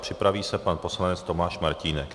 Připraví se pan poslanec Tomáš Martínek.